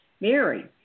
Mary